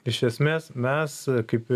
iš esmės mes kaip